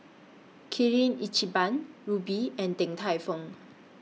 Kirin Lchiban Rubi and Din Tai Fung